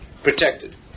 protected